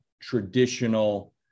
traditional